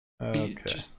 Okay